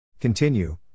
Continue